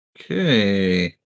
Okay